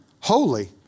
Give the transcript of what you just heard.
holy